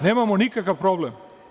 Nemamo nikakav problem.